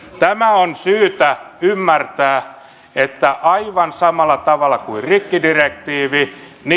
tämä on syytä ymmärtää että aivan samalla tavalla kuin rikkidirektiivi